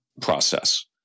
process